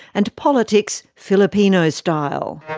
and politics, filipino-style.